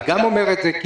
אני גם אומר את זה,